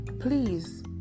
Please